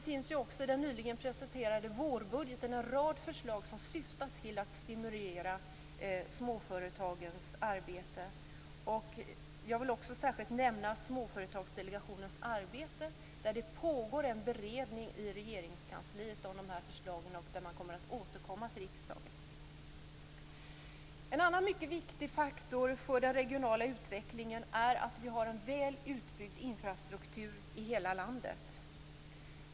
I den nyligen presenterade vårbudgeten finns det också en rad förslag som syftar till att stimulera småföretagens arbete. Jag vill särskilt nämna Småföretagsdelegationens arbete. Det pågår en beredning av de här förslagen i Regeringskansliet och man kommer att återkomma till riksdagen. En annan mycket viktig faktor för den regionala utvecklingen är att vi har en väl utbyggd infrastruktur i hela landet.